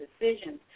decisions